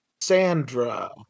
Sandra